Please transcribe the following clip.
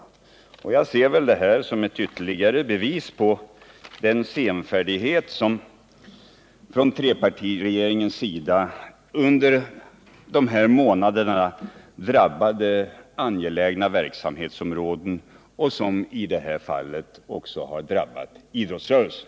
Jag ser väl detta som ett ytterligare bevis på den senfärdighet som från trepartiregeringens sida under dessa månader drabbade angelägna verksamhetsområden och som i det här fallet också drabbade idrottsrörelsen.